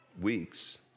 weeks